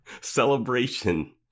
celebration